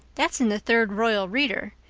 that's in the third royal reader.